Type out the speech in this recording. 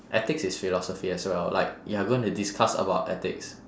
ethics is philosophy as well like you are gonna discuss about ethics